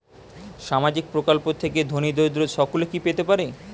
সামাজিক প্রকল্প থেকে ধনী দরিদ্র সকলে কি পেতে পারে?